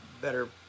better